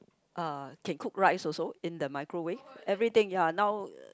uh can cook rice also in the microwave everything ya now